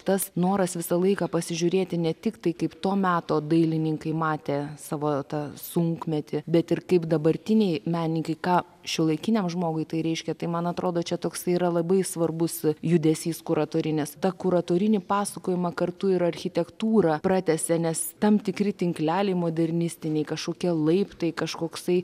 tas noras visą laiką pasižiūrėti ne tik tai kaip to meto dailininkai matė savo tą sunkmetį bet ir kaip dabartiniai menininkai ką šiuolaikiniam žmogui tai reiškia tai man atrodo čia toksai yra labai svarbus judesys kuratorininis tą kuratorinį pasakojimą kartu ir architektūra pratęsia nes tam tikri tinkleliai modernistiniai kažkokie laiptai kažkoksai